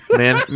man